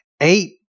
Eight